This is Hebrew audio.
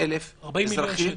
-- 40 מיליון שקל.